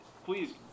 Please